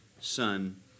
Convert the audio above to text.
Son